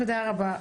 תודה רבה.